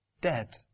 dead